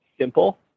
simple